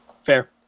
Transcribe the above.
Fair